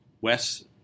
Wes